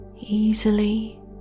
easily